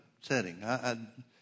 setting